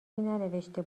ننوشته